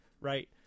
right